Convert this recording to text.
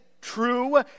True